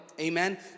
Amen